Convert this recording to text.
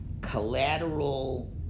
collateral